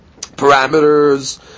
parameters